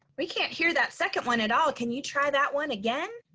we can't hear that second one at all. can you try that one again?